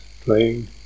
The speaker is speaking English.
playing